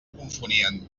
confonien